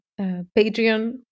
Patreon